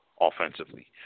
offensively